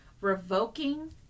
revoking